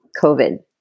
COVID